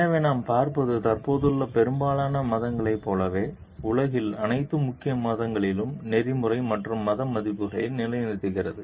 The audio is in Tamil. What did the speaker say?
எனவே நாம் பார்ப்பது தற்போதுள்ள பெரும்பாலான மதங்களைப் போலவே உலகின் அனைத்து முக்கிய மதங்களிலும் நெறிமுறை மற்றும் மத மதிப்புகளை நிலைநிறுத்துகிறது